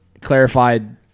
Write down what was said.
clarified